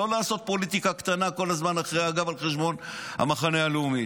לא לעשות פוליטיקה קטנה כל הזמן מאחורי הגב על חשבון המחנה הלאומי.